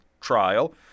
trial